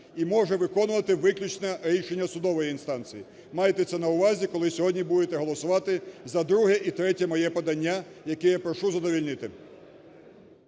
і може виконувати виключно рішення судової інстанції. Майте це на увазі, коли сьогодні будете голосувати за друге і третє моє подання, яке я прошу задовольнити.